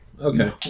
Okay